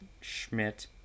Schmidt